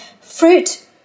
fruit